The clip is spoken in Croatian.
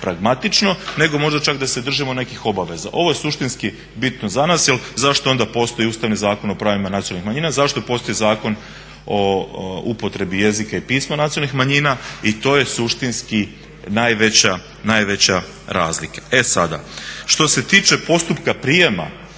pragmatično nego možda čak da se držimo nekih obaveza. Ovo je suštinski bitno za nas jel zašto onda postoji Ustavni zakon o pravima nacionalnih manjina, zašto onda postoji Zakon o upotrebi jezika i pisma nacionalnih manjina i to je suštinski najveća razlika. E sada, što se tiče postupka prijema